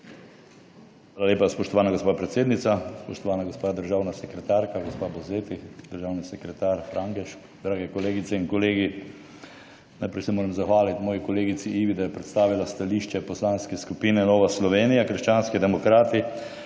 Hvala lepa, spoštovana gospa predsednica. Spoštovana gospa državna sekretarka gospa Buzeti, državni sekretar Frangeš, drage kolegice in kolegi. Najprej se moram zahvaliti moji kolegici Ivi, da je predstavila stališče Poslanske skupine Nova Slovenija – krščanski demokrati.